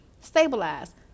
stabilize